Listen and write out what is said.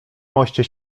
moście